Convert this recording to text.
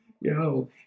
Yo